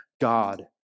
God